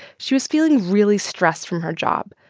she was feeling really stressed from her job.